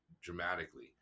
dramatically